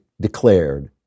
declared